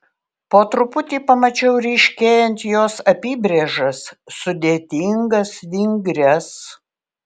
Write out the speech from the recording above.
po truputį pamačiau ryškėjant jos apybrėžas sudėtingas vingrias